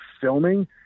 filming